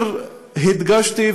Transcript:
הדגשתי,